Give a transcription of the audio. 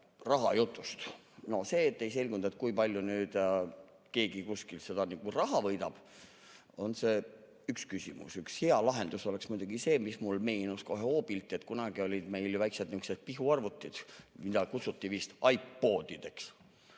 No see, et ei selgunud, kui palju keegi kuskilt seda raha võidab, on üks küsimus. Üks hea lahendus oleks muidugi see, mis mulle meenus kohe hoobilt, et kunagi olid meil väiksed nihukesed pihuarvutid, mida kutsuti vist iPodideks.